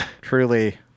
Truly